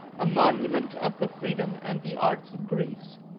a monument of the freedom and the arts of greece.